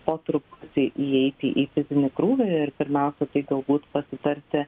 po truputį įeiti į fizinį krūvį ir pirmiausia tai galbūt pasitarti